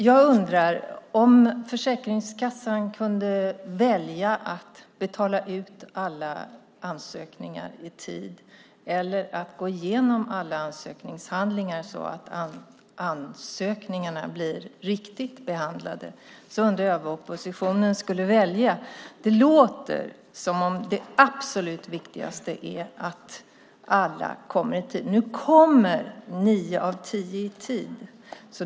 Fru talman! Om Försäkringskassan kunde välja mellan att betala ut alla ansökningar i tid eller att gå igenom alla ansökningshandlingar så att ansökningarna blir riktigt behandlade undrar jag vad oppositionen skulle välja. Det låter som om det absolut viktigaste är att allt kommer i tid. Nu kommer nio av tio utbetalningar i tid.